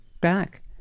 back